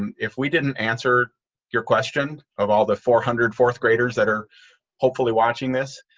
um if we didn't answer your question. of all the four hundred, fourth graders that are hopefully watching this,